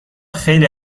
خیلی